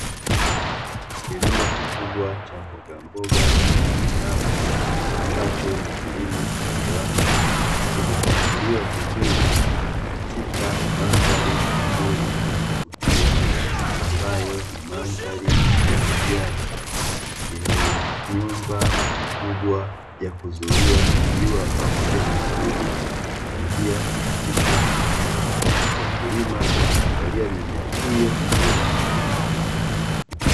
Kilimo kikubwa cha mbogamboga mbalimbali, ambacho ni kilimo cha viwanda; kimepangiliwa vizuri katika mandhari nzuri ya kuvutia ambayo ni mandhari ya kijani, yenye nyumba kubwa ya kuzuia jua pamoja na wadudu kuingia katika mimea. Wakulima wanaangalia mimea hiyo kwa umahiri.